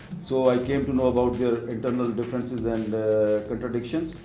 so i came to know about their internal differences and contradictions.